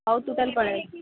ହେଉ ତୁ ତା'ହେଲେ ପଳାଇଆସିବୁ